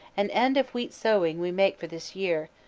an end of wheat-sowing we make for this yeare.